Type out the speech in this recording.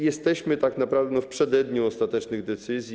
Jesteśmy tak naprawdę w przededniu ostatecznych decyzji.